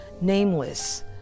Nameless